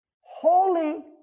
holy